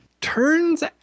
Turns